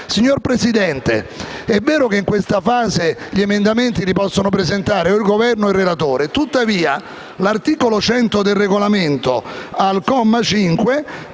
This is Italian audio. Signor Presidente, è vero che in questa fase gli emendamenti possono essere presentati dal Governo o dal relatore, tuttavia l'articolo 100 del Regolamento, al comma 5,